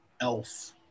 Elf